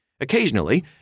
Occasionally